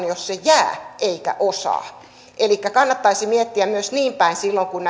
jos se jää eikä osaa elikkä kannattaisi miettiä myös niin päin silloin kun